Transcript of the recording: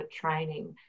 training